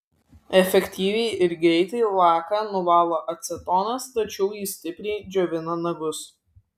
efektyviai ir greitai laką nuvalo acetonas tačiau jis stipriai džiovina nagus